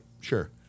sure